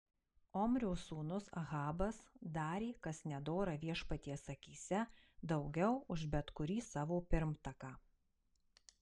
omrio sūnus ahabas darė kas nedora viešpaties akyse daugiau už bet kurį savo pirmtaką